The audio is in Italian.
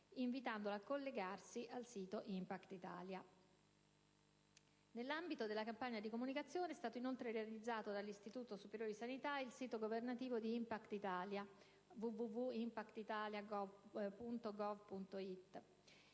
invitandolo a collegarsi al sito Impact Italia. Nell'ambito della campagna di comunicazione, è stato inoltre realizzato dall'Istituto superiore di sanità il sito governativo di Impact Italia (www.impactitalia.gov.it).